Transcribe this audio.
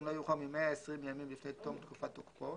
לא יאוחר מ-120 ימים לפני תום תקופת תוקפו,